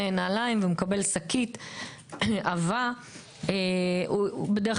אנחנו לא מחוקקים חוק שאוסר על שימוש בכלל בשקיות פלסטיק.